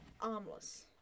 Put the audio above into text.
Armless